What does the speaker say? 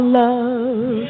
love